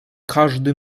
każdy